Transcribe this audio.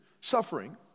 Suffering